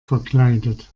verkleidet